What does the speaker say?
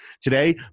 today